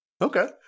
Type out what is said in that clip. Okay